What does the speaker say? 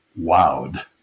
wowed